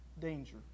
danger